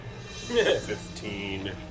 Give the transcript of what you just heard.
Fifteen